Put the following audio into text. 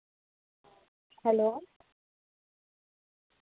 hello